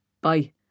bye